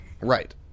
Right